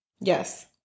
Yes